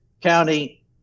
county